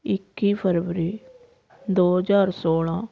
ਇੱਕੀ ਫਰਵਰੀ ਦੋ ਹਜ਼ਾਰ ਸੌਲਾਂ